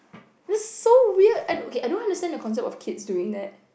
you're so weird and okay I don't understand the concept of kids doing that